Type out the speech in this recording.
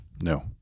No